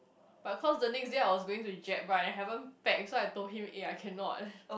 but cause the next day I was going to jap right and I haven't pack so I told him eh I cannot